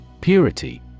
Purity